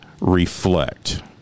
reflect